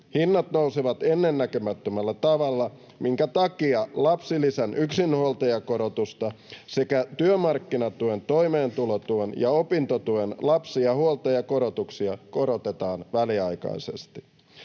Hinnat nousevat ennennäkemättömällä tavalla, minkä takia lapsilisän yksinhuoltajakorotusta sekä työmarkkinatuen, toimeentulotuen ja opintotuen lapsi- ja huoltajakorotuksia korotetaan väliaikaisesti.